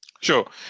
Sure